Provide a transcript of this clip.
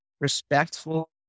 respectful